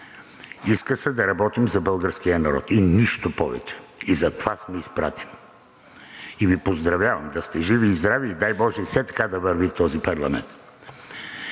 Иска се да работим за българския народ и нищо повече, и затова сме изпратени. И Ви поздравявам, да сте живи и здрави и дай боже, все така да върви този парламент.